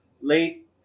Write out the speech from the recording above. late